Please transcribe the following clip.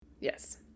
Yes